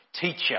Teacher